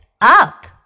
up